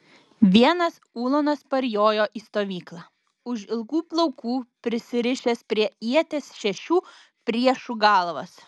vienas ulonas parjojo į stovyklą už ilgų plaukų prisirišęs prie ieties šešių priešų galvas